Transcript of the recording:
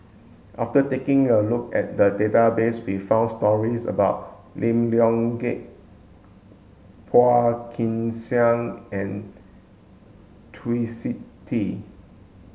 after taking a look at the database we found stories about Lim Leong Geok Phua Kin Siang and Twisstii